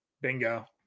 Bingo